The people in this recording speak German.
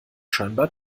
scheinbar